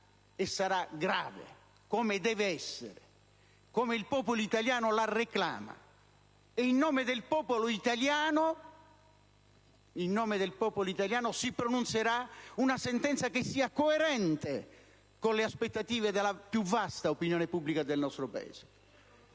e sarà grave come deve essere, come il popolo italiano la reclama. E, in nome del popolo italiano, si pronunzierà una sentenza che sia coerente con le aspettative della più vasta opinione pubblica del nostro Paese.